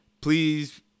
please